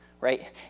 Right